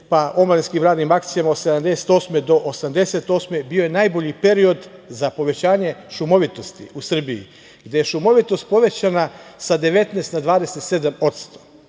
pa omladinskim radnim akcijama od 1978. do 1988. godine, bio je najbolji period za povećanje šumovitosti u Srbiji, gde je šumovitost povećana sa 19% na